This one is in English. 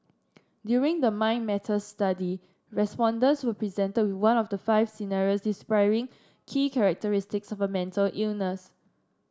during the Mind Matters study respondents were presented with one of the five scenarios describing key characteristics of a mental illness